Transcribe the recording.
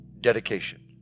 dedication